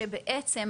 שבעצם,